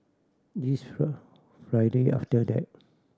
this Friday after that